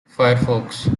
firefox